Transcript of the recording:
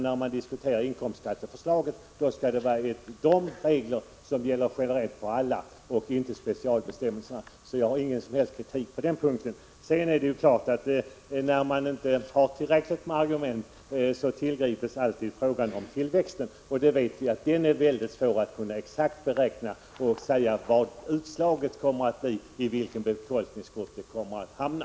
När man diskuterar inkomstskatteförslaget skall det gälla regler som är generella för alla och inte specialbestämmelser. Jag har alltså ingen som helst kritik på den punkten. När man inte har tillräckligt med argument tillgrips alltid frågan om tillväxten. Men den är svår att beräkna, och det är svårt att se vad utslaget blir och var tillväxten kommer att hamna.